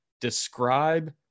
describe